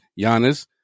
Giannis